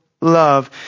Love